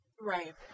Right